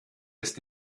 ist